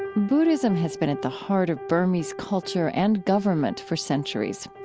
buddhism has been at the heart of burmese culture and government for centuries.